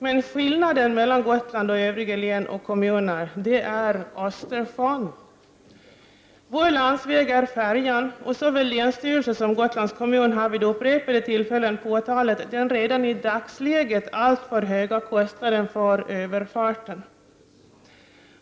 Men skillnaden mellan Gotland och övriga län och kommuner är Östersjön. Vår landsväg är färjan och såväl länsstyrelse som Gotlands kommun har vid upprepade tillfällen påtalat den redan i dagsläget alltför höga kostnaden för överfarten.